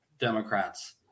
Democrats